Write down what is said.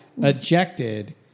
Ejected